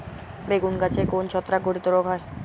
বেগুন গাছে কোন ছত্রাক ঘটিত রোগ হয়?